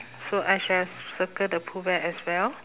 so I should have circled the pooh bear as well